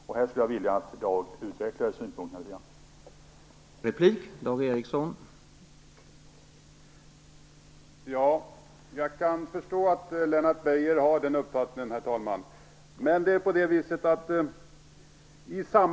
Jag skulle vilja att Dag Ericson utvecklar sina synpunkter litet grand.